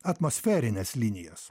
atmosferines linijas